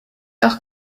auch